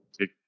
take